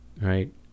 right